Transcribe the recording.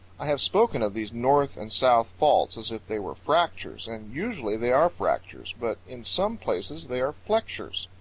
i have spoken of these north-and-south faults as if they were fractures and usually they are fractures, but in some places they are flexures.